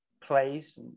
plays